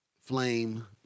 Flame